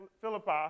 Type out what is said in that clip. Philippi